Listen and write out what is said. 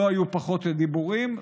לא היו פחות דיבורים,